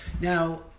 Now